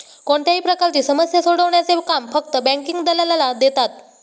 कोणत्याही प्रकारची समस्या सोडवण्याचे काम फक्त बँकिंग दलालाला देतात